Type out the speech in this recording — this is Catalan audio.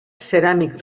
ceràmic